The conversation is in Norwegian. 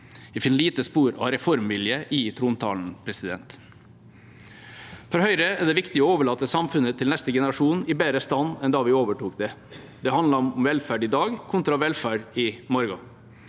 Jeg finner få spor av reformvilje i trontalen. For Høyre er det viktig å overlate samfunnet til neste generasjon i bedre stand enn da vi overtok det. Det handler om velferd i dag kontra velferd i morgen.